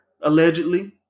allegedly